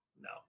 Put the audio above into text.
no